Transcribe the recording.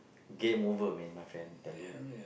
game over man my friend tell you